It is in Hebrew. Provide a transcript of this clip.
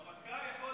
הבעיה היא שזה מה